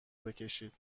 بکشید